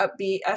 upbeat